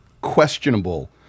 questionable